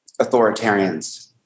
authoritarians